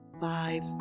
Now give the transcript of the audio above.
five